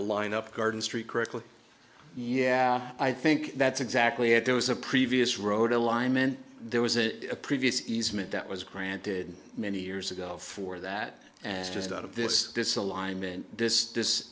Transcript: to line up garden street correctly yeah i think that's exactly it there was a previous road alignment there was a previous easement that was granted many years ago for that and just out of this this